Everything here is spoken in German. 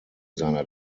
seiner